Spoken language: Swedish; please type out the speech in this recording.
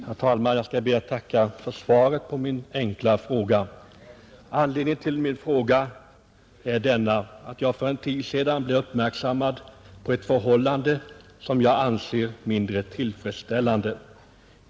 Herr talman! Jag ber att få tacka för svaret på min enkla fråga. Anledningen till min fråga har varit att jag för en tid sedan blev uppmärksammad på ett förhållande som jag anser vara mindre tillfredsställande.